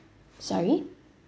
sorry